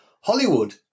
Hollywood